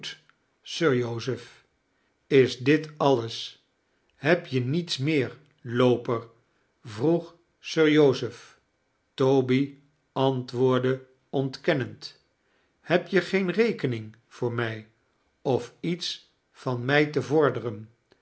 sir joseph is dit alles heb je niets meer looper vroeg sir joseph toby antwoordde ontkennend heb je geen rekening voor mij of iets van mij te vorderen